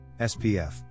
SPF